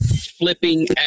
flipping